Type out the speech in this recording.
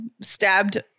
stabbed